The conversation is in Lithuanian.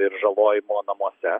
ir žalojimo namuose